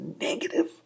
negative